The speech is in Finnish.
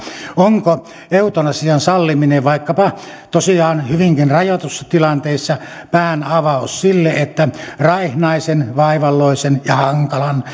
onko eutanasian salliminen vaikkapa tosiaan hyvinkin rajatuissa tilanteissa pään avaus sille että raihnaisen vaivalloisen ja hankalan